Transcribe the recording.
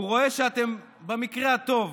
הוא רואה שאתם במקרה הטוב